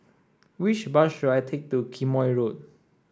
which bus should I take to Quemoy Road